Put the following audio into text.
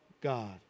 God